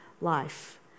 life